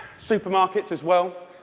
supermarkets as well.